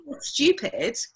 stupid